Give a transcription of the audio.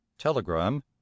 Telegram